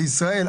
בישראל,